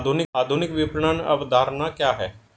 आधुनिक विपणन अवधारणा क्या है?